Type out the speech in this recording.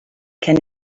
can